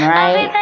right